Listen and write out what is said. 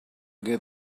get